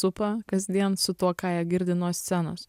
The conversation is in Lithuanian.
supa kasdien su tuo ką jie girdi nuo scenos